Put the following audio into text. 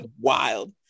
wild